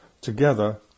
together